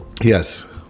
Yes